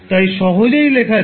তাই সহজেই লেখা যায়